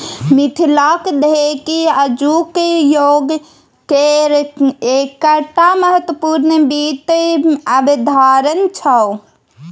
मिथिलाक ढेकी आजुक युगकेर एकटा महत्वपूर्ण वित्त अवधारणा छै